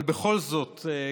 אבל בכל זאת,